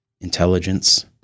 intelligence